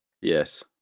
yes